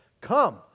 Come